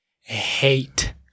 hate